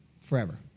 forever